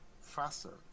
faster